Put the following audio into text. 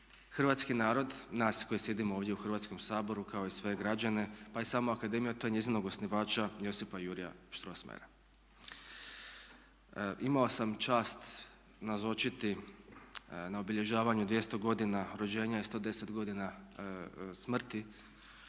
hrvatski narod, nas koji sjedimo ovdje u Hrvatskom saboru kao i sve građane pa i sama akademija to je njezinog osnivača Josipa Juraja Strossmayera. Imao sam čast nazočiti na obilježavanju 200 godina rođenja i 110 godina smrti